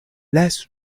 less